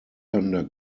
thunder